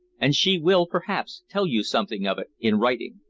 and she will perhaps tell you something of it in writing.